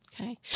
Okay